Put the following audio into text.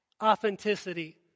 Authenticity